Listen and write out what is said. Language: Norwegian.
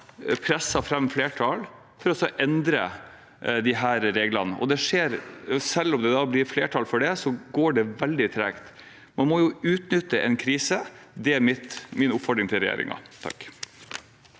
presse fram flertall for å endre disse reglene. Og selv om det blir flertall for dette, går det veldig tregt. Man må utnytte en krise – det er min oppfordring til regjeringen.